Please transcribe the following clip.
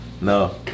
no